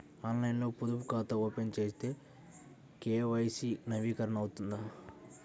ఆన్లైన్లో పొదుపు ఖాతా ఓపెన్ చేస్తే కే.వై.సి నవీకరణ అవుతుందా?